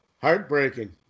heartbreaking